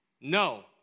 No